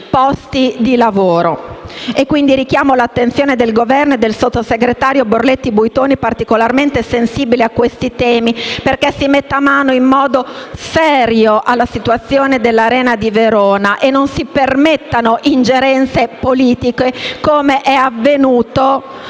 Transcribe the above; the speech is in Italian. quindi, l'attenzione del Governo e del sottosegretario Borletti Dell'Acqua, particolarmente sensibile a questi temi, affinché si metta mano in modo serio alla situazione dell'Arena di Verona e non si permettano ingerenze politiche, come è avvenuto